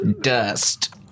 Dust